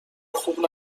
خوب